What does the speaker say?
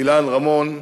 אילן רמון השמיני,